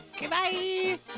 Goodbye